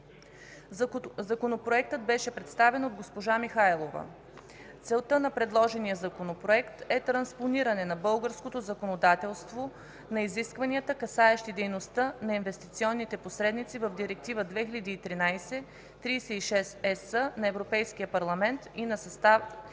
Законопроектът беше представен от госпожа Михайлова. Целта на предложения Законопроект е транспониране в българското законодателство на изискванията, касаещи дейността на инвестиционните посредници, в Директива 2013/36/ЕС на Европейския парламент и на Съвета